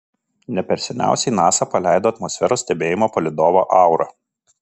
ne per seniausiai nasa paleido atmosferos stebėjimo palydovą aura